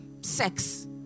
sex